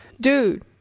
Dude